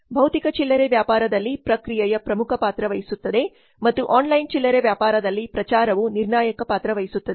ಭೌತಿಕ ಚಿಲ್ಲರೆ ವ್ಯಾಪಾರದಲ್ಲಿ ಪ್ರಕ್ರಿಯೆಯು ಪ್ರಮುಖ ಪಾತ್ರ ವಹಿಸುತ್ತದೆ ಮತ್ತು ಆನ್ಲೈನ್ ಚಿಲ್ಲರೆ ವ್ಯಾಪಾರದಲ್ಲಿ ಪ್ರಚಾರವು ನಿರ್ಣಾಯಕ ಪಾತ್ರ ವಹಿಸುತ್ತದೆ